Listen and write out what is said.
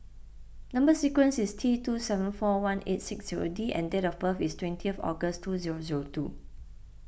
Number Sequence is T two seven four one eight six zero D and date of birth is twentieth August two zero zero two